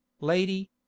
lady